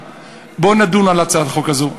בוא נדון על הצעת החוק הזאת,